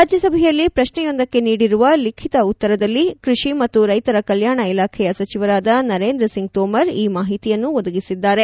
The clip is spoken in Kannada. ರಾಜ್ಯಸಭೆಯಲ್ಲಿ ಪ್ರಶ್ನೆಯೊಂದಕ್ಕೆ ನೀಡಿರುವ ಲಿಖಿತ ಉತ್ತರದಲ್ಲಿ ಕೃಷಿ ಮತ್ತು ರೈತರ ಕಲ್ಯಾಣ ಇಲಾಖೆಯ ಸಚಿವರಾದ ನರೇಂದ್ರ ಸಿಂಗ್ ತೋಮರ್ ಈ ಮಾಹಿತಿಯನ್ನು ಒದಗಿಸಿದ್ದಾರೆ